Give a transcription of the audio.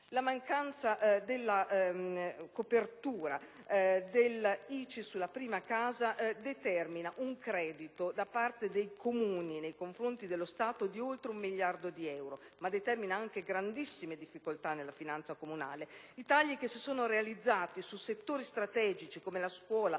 della norma sull'abolizione dell'ICI sulla prima casa ha determinato un credito da parte dei Comuni nei confronti dello Stato di oltre un miliardo di euro, ma determina anche grandissime difficoltà nella finanza comunale. I tagli realizzati in settori strategici, quali la scuola,